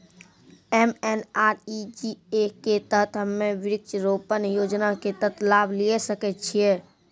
MNREGA के तहत हम्मय वृक्ष रोपण योजना के तहत लाभ लिये सकय छियै?